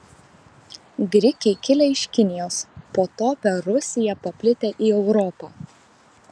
grikiai kilę iš kinijos po to per rusiją paplitę į europą